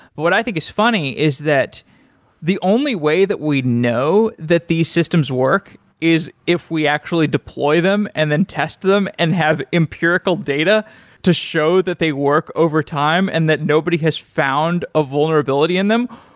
but what i think is funny is that the only way that we know that these systems work is if we actually deploy them and then test them and have empirical data to show that they work over time and that nobody has found a vulnerability in them,